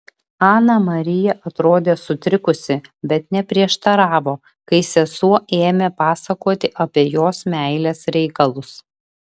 ana marija atrodė sutrikusi bet neprieštaravo kai sesuo ėmė pasakoti apie jos meilės reikalus